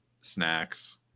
snacks